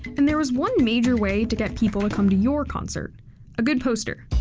and there was one major way to get people to come to your concert a good poster.